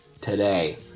today